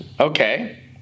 Okay